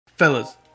Fellas